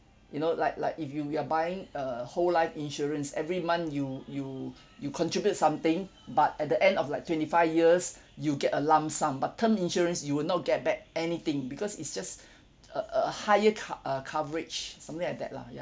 you know like like if you you're buying a whole life insurance every month you you you contribute something but at the end of like twenty five years you'll get a lump sum but term insurance you will not get back anything because it's just uh uh a higher co~ uh coverage something like that lah ya